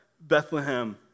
Bethlehem